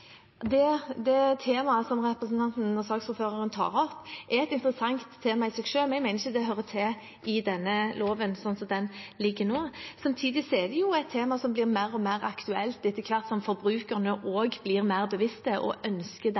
Det temaet som representanten tar opp, er et interessant tema i seg selv, men jeg mener ikke det hører hjemme i denne loven slik den foreligger nå. Samtidig er det jo et tema som blir mer og mer aktuelt etter hvert som forbrukerne også blir mer bevisste og ønsker